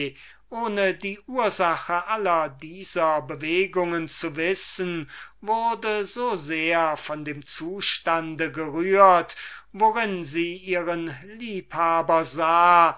ohne die ursach aller dieser bewegungen zu wissen wurde so sehr von dem zustand gerührt worin sie ihren liebhaber sah